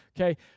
okay